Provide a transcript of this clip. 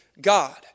God